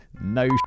no